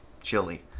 chili